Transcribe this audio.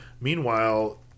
Meanwhile